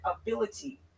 ability